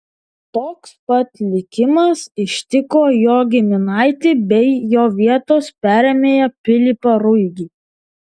toks pat likimas ištiko jo giminaitį bei jo vietos perėmėją pilypą ruigį